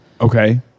Okay